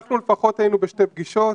אנחנו לפחות היינו בשתי פגישות,